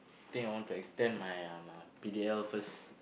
think I want to extend my uh my P_D_L first